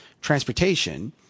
transportation –